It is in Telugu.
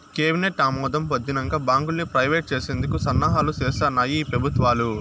కేబినెట్ ఆమోదం పొందినంక బాంకుల్ని ప్రైవేట్ చేసేందుకు సన్నాహాలు సేస్తాన్నాయి ఈ పెబుత్వాలు